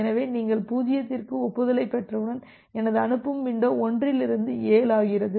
எனவே நீங்கள் 0க்கு ஒப்புதலைப் பெற்றவுடன் எனது அனுப்பும் வின்டோ 1லிருந்து 7 ஆகிறது